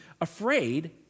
afraid